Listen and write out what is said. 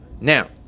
Now